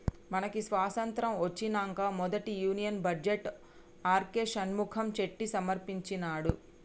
మనకి స్వతంత్రం ఒచ్చినంక మొదటి union budget R K Shanmukham Chetty సమర్పించినాడు